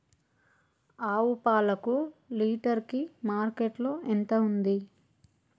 ఆవు పాలకు లీటర్ కి మార్కెట్ లో ఎంత ఉంది?